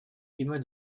immer